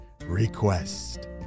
request